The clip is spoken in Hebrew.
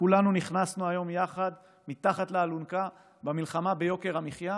כולנו נכנסנו היום יחד מתחת לאלונקה במלחמה ביוקר המחיה,